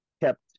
kept